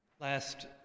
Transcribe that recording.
Last